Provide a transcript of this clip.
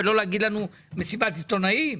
ולא להגיד לנו: מסיבת עיתונאים?